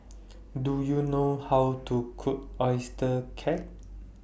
Do YOU know How to Cook Oyster Cake